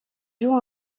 jouent